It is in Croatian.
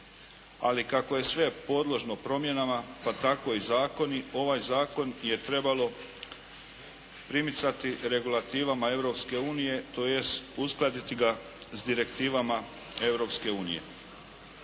Ali kako je sve podložno promjenama pa tako i zakoni, ovaj zakon je trebalo primicati regulativama Europske unije tj. uskladiti ga s direktivama